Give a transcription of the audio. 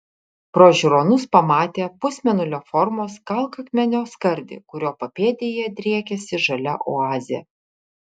pro žiūronus pamatė pusmėnulio formos kalkakmenio skardį kurio papėdėje driekėsi žalia oazė